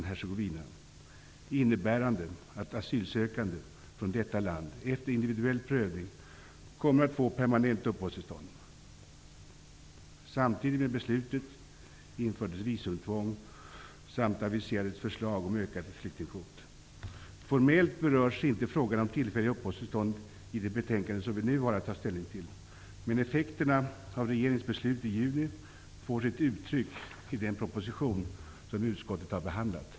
Hercegovina innebärande att asylsökande från detta land, efter individuell prövning, kommer att få permanent uppehållstillstånd. Samtidigt med beslutet infördes visumtvång, och ett förslag om ökad flyktingkvot aviserades. Formellt berörs inte frågan om tillfälliga uppehållstillstånd i det betänkande vi nu har att ta ställning till. Men effekterna av regeringens beslut i juni får sitt uttryck i den proposition som utskottet har behandlat.